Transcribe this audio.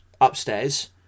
upstairs